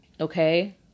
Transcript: Okay